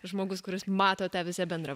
žmogus kuris mato tą visą bendrą